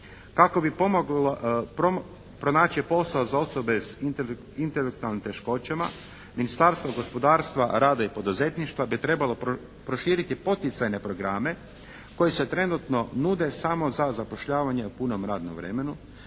Kako bi pomoglo pronaći posao za osobe s intelektualnim teškoćama Ministarstvo gospodarstva, rada i poduzetništva bi trebalo proširiti poticajne programe koji se trenutno nude samo za zapošljavanje u punom radnom vremenu